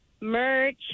merch